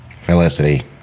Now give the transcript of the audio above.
Felicity